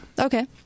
Okay